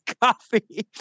coffee